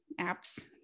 apps